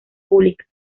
pública